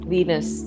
Venus